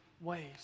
ways